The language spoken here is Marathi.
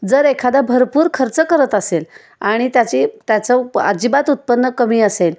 जर एखादा भरपूर खर्च करत असेल आणि त्याची त्याचं प अजिबात उत्पन्न कमी असेल